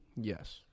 Yes